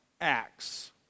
Acts